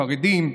חרדים,